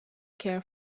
care